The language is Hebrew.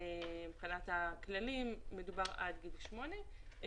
מבחינת הכללים, מדובר עד גיל שמונה.